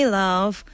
love